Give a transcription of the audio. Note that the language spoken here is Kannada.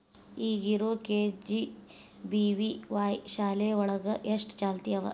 ಈಗ ಇರೋ ಕೆ.ಜಿ.ಬಿ.ವಿ.ವಾಯ್ ಶಾಲೆ ಒಳಗ ಎಷ್ಟ ಚಾಲ್ತಿ ಅವ?